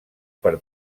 per